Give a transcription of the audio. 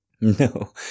no